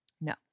No